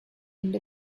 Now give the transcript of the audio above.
end